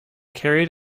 carried